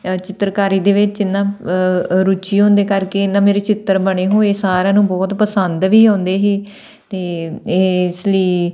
ਚਿੱਤਰਕਾਰੀ ਦੇ ਵਿੱਚ ਇਹਨਾਂ ਰੁਚੀ ਹੋਣ ਦੇ ਕਰ ਕੇ ਨਾ ਮੇਰੇ ਚਿੱਤਰ ਬਣੇ ਹੋਏ ਸਾਰਿਆਂ ਨੂੰ ਬਹੁਤ ਪਸੰਦ ਵੀ ਆਉਂਦੇ ਸੀ ਅਤੇ ਇਸ ਲਈ